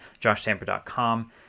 JoshTamper.com